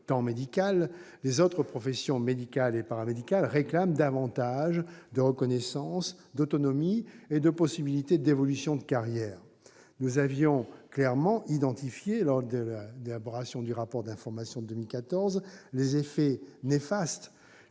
temps médical, les autres professions médicales et paramédicales réclament davantage de reconnaissance, d'autonomie et de possibilités d'évolution de carrière. Nous avions clairement identifié, lors de l'élaboration du rapport d'information de 2014, les effets néfastes